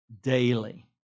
daily